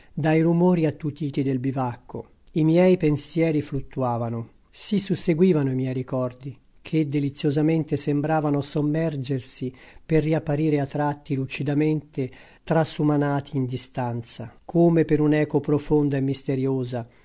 dai rumori attutiti del bivacco i miei pensieri fluttuavano si susseguivano i miei ricordi che deliziosamente sembravano sommergersi per riapparire a tratti lucidamente trasumanati in distanza come per un'eco profonda e misteriosa